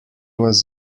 was